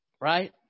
right